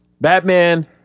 Batman